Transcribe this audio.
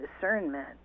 discernment